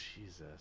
Jesus